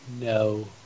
No